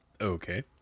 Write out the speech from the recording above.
Okay